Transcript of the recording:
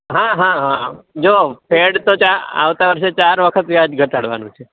હા હા હા જો ફેડ તો ચા આવતા વર્ષે ચાર વખત વ્યાજ ઘટાડવાનું છે